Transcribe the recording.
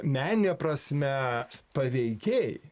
menine prasme paveikiai